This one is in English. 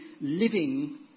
living